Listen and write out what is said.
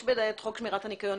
יש בידיי את חוק שמירת הניקיון.